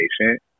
patient